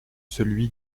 celui